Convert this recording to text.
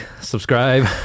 subscribe